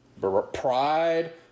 Pride